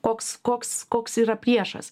koks koks koks yra priešas